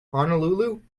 honolulu